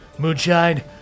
Moonshine